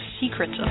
secrets